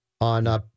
on